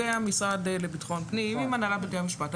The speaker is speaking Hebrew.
והמשרד לביטחון פנים עם הנהלת בתי המשפט.